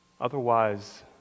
otherwise